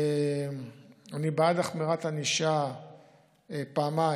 אני בעד החמרת ענישה פעמיים,